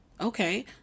okay